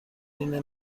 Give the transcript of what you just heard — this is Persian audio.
اینه